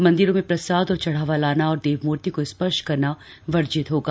मंदिरों में प्रसाद और चढ़ावा लाना और देवमूर्ति को स्पर्श करना वर्जित होगा